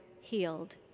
healed